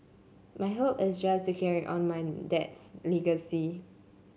my hope is just to carry on my dad's legacy